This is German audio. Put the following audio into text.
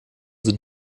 sind